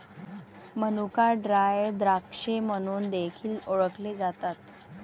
मनुका ड्राय द्राक्षे म्हणून देखील ओळखले जातात